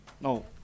No